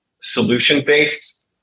solution-based